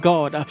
God